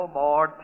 more